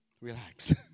relax